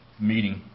meeting